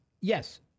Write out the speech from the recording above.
yes